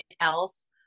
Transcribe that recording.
else